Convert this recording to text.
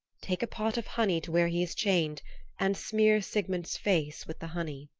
take a pot of honey to where he is chained and smear sigmund's face with the honey.